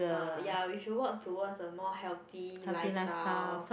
uh ya we should work towards a more healthy lifestyle